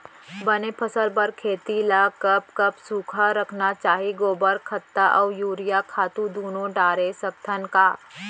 बने फसल बर खेती ल कब कब सूखा रखना चाही, गोबर खत्ता और यूरिया खातू दूनो डारे सकथन का?